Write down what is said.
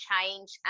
change